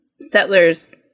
settlers